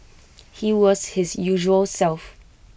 he was his usual self